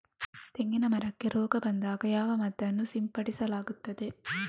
ತೆಂಗಿನ ಮರಕ್ಕೆ ರೋಗ ಬಂದಾಗ ಯಾವ ಮದ್ದನ್ನು ಸಿಂಪಡಿಸಲಾಗುತ್ತದೆ?